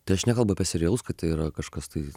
tai aš nekalbu apie serialus kad tai yra kažkas tai